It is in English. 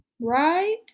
Right